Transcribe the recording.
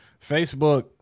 Facebook